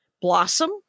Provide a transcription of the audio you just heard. Blossom